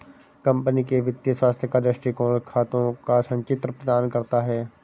company के वित्तीय स्वास्थ्य का दृष्टिकोण खातों का संचित्र प्रदान करता है